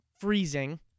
freezing